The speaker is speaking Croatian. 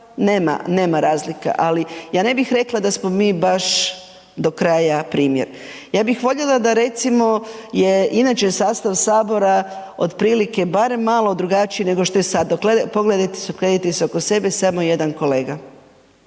nema razlika ali ja ne bih rekla da smo mi baš do kraja primjer. Ja bih voljela da recimo je inače sastav Sabora otprilike barem malo drugačiji nego što je sad, pogledajte, okrenite se oko sebe, samo je jedan kolega